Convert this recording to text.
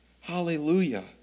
hallelujah